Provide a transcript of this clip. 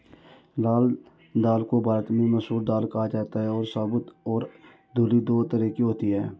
लाल दाल को भारत में मसूर दाल कहा जाता है और साबूत और धुली दो तरह की होती है